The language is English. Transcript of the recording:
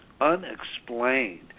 unexplained